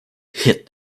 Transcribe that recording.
hit